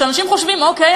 כשאנשים חושבים: אוקיי,